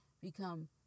become